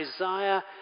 Isaiah